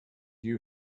you